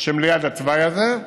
שליד התוואי הזה.